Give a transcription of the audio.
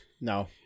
No